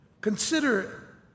Consider